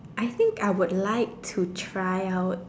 I think I would like to try out